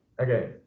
Okay